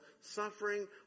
suffering